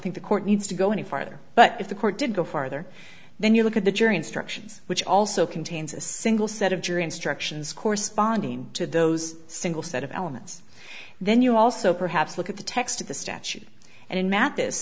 think the court needs to go any farther but if the court did go farther then you look at the jury instructions which also contains a single set of jury instructions corresponding to those single set of elements then you also perhaps look at the text of the statute and in mat